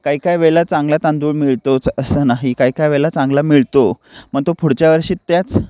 काही काही वेळेला चांगला तांदूळ मिळतोच असं नाही काही काही वेळेला चांगला मिळतो मग तो पुढच्या वर्षी त्याच